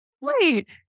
Wait